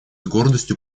гордостью